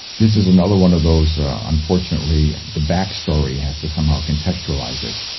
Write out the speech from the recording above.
this is another one of those unfortunately the back story has to somehow contextualise it.